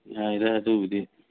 ꯌꯥꯏꯗ ꯑꯗꯨꯕꯨꯗꯤ